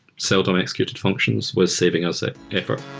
seldom execution functions was saving us that effort.